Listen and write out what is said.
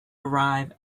arrive